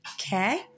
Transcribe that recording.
Okay